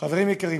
חברים יקרים,